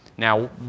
Now